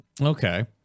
Okay